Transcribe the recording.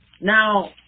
Now